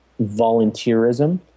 volunteerism